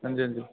हां जी हां जी